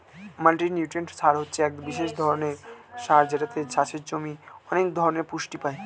multinutrient সার হচ্ছে এক ধরণের বিশেষ সার যেটাতে চাষের জমি অনেক ধরণের পুষ্টি পায়